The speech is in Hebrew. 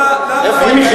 איפה ההיגיון?